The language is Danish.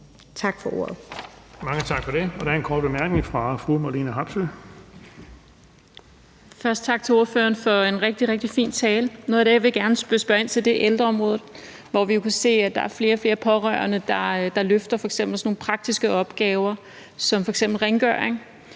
tak for det. Der er en kort bemærkning fra fru Marlene Harpsøe. Kl. 15:38 Marlene Harpsøe (DD): Først tak til ordføreren for en rigtig, rigtig fin tale. Noget af det, jeg gerne vil spørge ind til, er ældreområdet, hvor vi jo kan se, at der er flere og flere pårørende, der løfter sådan nogle praktiske opgaver som f.eks. rengøring.